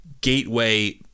gateway